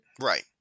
Right